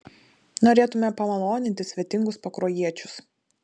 norėtume pamaloninti svetingus pakruojiečius